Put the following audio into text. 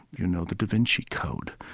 you know, the da vinci code.